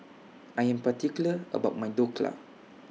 I Am particular about My Dhokla